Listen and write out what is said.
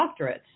doctorates